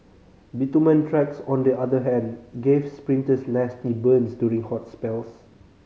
bitumen tracks on the other hand gave sprinters nasty burns during hot spells